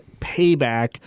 Payback